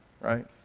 right